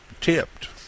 tipped